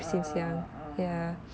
ya uh